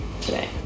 today